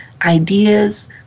ideas